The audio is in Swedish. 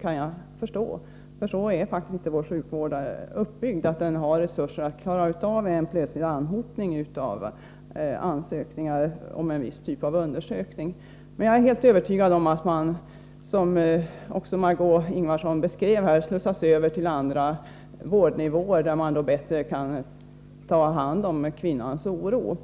kan jag förstå, för vår sjukvård är faktiskt inte så uppbyggd att den har resurser att klara av en plötslig anhopning av ansökningar om en viss typ av undersökning. Jag är övertygad om att den sökande — som Marg6ö Ingvardsson beskrev — slussas över till andra vårdnivåer, där man bättre kan ta hand om kvinnans oro.